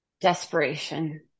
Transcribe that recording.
Desperation